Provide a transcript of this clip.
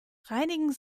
reinigen